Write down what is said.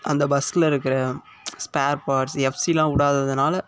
அந்த பஸ்சில் இருக்கிற ஸ்பேர் பார்ட்ஸ் எஃப்சியெல்லாம் விடாததுனால